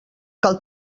cal